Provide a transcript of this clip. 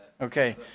Okay